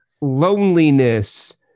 loneliness